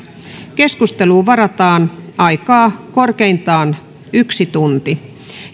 keskusteluun varataan aikaa korkeintaan yksi tunti